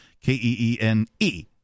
K-E-E-N-E